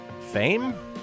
Fame